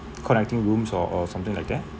connecting rooms or or something like that